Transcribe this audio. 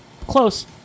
close